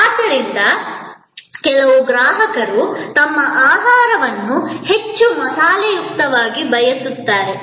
ಆದ್ದರಿಂದ ಕೆಲವು ಗ್ರಾಹಕರು ತಮ್ಮ ಆಹಾರವನ್ನು ಹೆಚ್ಚು ಮಸಾಲೆಯುಕ್ತವಾಗಿ ಬಯಸುತ್ತಾರೆ